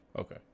Okay